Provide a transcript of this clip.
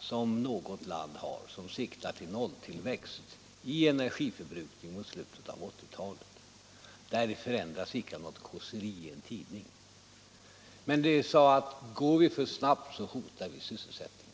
som något land har lagt upp, syftande till nolltillväxt i energiförbrukningen mot slutet av 1980-talet — ansåg icke förändras av något kåseri i en tidning. Vi sade: Går vi fram för snabbt, hotar vi sysselsättningen.